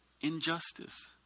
injustice